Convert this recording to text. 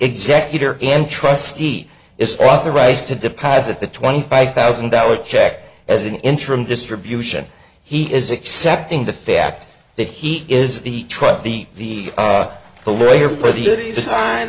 executor and trustee is authorized to deposit the twenty five thousand dollars check as an interim distribution he is accepting the fact that he is the trial the the the lawyer for the